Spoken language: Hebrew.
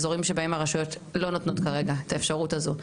מרשויות שכרגע לא נותנות את האפשרות הזאת,